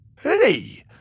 Hey